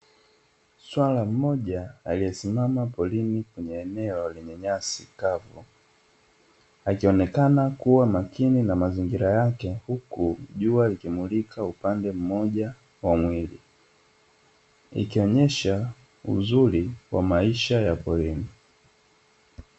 Swala mmoja aliyesimama porini kwenye eneo lenye nyasi kavu, akionekana kuwa makini na mazingira yake huku jua likimulika upande mmoja wa mwili, ikionyesha uzuri wa maisha ya porini.